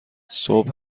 صبح